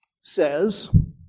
says